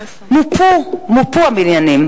מופו הבניינים,